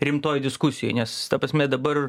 rimtoj diskusijoj nes ta prasme dabar